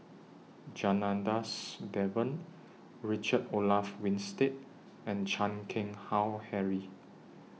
Janadas Devan Richard Olaf Winstedt and Chan Keng Howe Harry